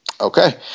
okay